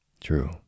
True